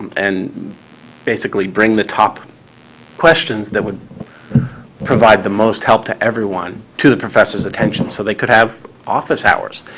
and basically bring the top questions that would provide the most help to everyone to the professor's attention. so they could have office hours,